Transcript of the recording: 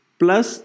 plus